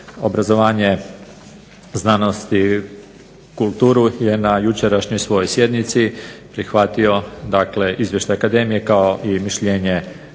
obrazovanje, znanost i kulturu je na jučerašnjoj svojoj sjednici prihvatio dakle Izvještaj Akademije kao i mišljenje